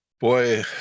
boy